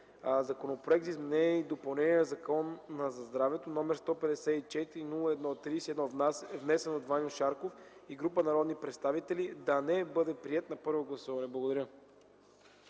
Законопроекта за изменение и допълнение на Закона за здравето, № 154-01-31, внесен от Ваньо Шарков и група народни представители, да не бъде приет на първо гласуване.” Благодаря.